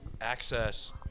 access